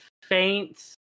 Faint